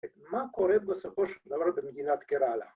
מה קורה בסופו של דבר במדינת קרלה